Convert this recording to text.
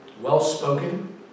well-spoken